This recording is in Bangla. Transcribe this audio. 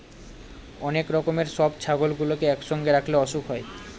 অনেক রকমের সব ছাগলগুলোকে একসঙ্গে রাখলে অসুখ হয়